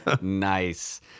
Nice